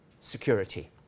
security